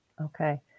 Okay